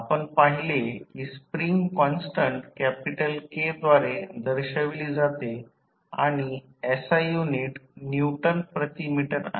आपण पाहिले की स्प्रिंग कॉन्स्टन्ट कॅपिटल K द्वारे दर्शविली जाते आणि SI युनिट न्यूटन प्रति मीटर आहे